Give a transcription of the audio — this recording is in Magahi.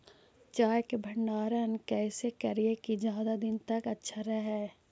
चावल के भंडारण कैसे करिये की ज्यादा दीन तक अच्छा रहै?